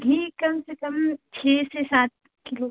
घी कम से कम छः से सात किलो